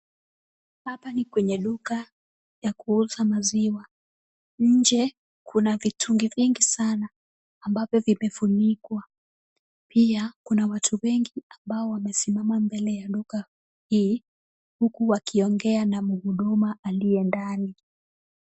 Hapa ni kwenye duka ya kuuza maziwa. Nje kuna vitungi vingi sana ambavyo vimefunikwa. Pia, kuna watu wengi ambao wamesimama mbele ya duka hii, huku wakiongea na muhuduma aliye ndani.